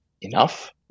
enough